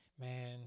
man